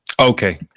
Okay